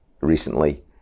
recently